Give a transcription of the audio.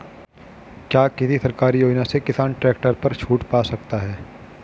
क्या किसी सरकारी योजना से किसान ट्रैक्टर पर छूट पा सकता है?